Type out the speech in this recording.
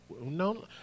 no